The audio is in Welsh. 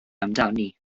amdani